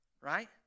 right